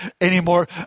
anymore